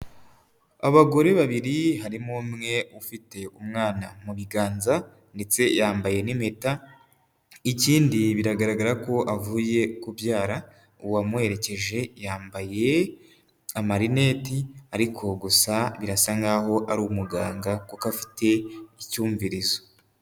Abagore babiri harimo umwe ufite umwana mu biganza, ndetse yambaye n'impeta, ikindi biragaragara ko avuye kubyara, uwamuherekeje yambaye amarineti, ariko gusa birasa nkaho ari umuganga kuko afite icyumvirizo.